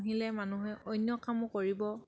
পুহিলে মানুহে অন্য কামো কৰিব